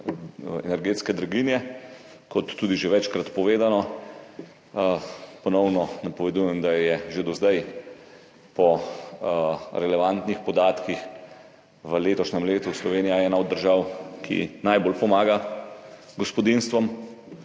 energetske draginje. Kot že večkrat povedano, ponovno napovedujem, da je že do zdaj, po relevantnih podatkih, v letošnjem letu Slovenija ena od držav, ki najbolj pomaga gospodinjstvom.